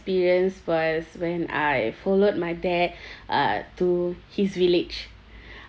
was when I followed my dad uh to his village